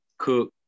Cook